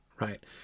right